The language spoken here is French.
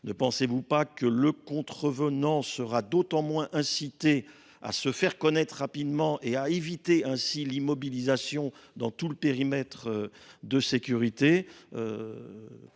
Ne pensez vous pas que le contrevenant sera d’autant moins incité à se faire connaître rapidement et à éviter ainsi l’immobilisation dans tout le périmètre de sécurité